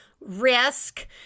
risk